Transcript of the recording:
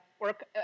work